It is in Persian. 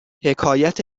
حکایت